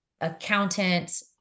accountants